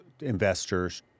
investors